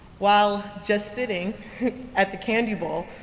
while just sitting at the candy bowl,